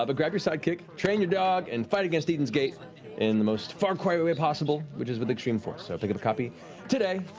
grab your sidekick, train your dog, and fight against eden's gate in the most far cry way possible, which is with extreme force, so pick up a copy today.